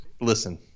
listen